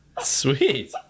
Sweet